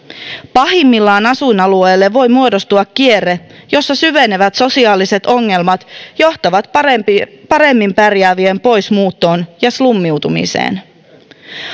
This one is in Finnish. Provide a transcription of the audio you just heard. pahimmillaan asuinalueelle voi muodostua kierre jossa syvenevät sosiaaliset ongelmat johtavat paremmin paremmin pärjäävien pois muuttoon ja slummiutumiseen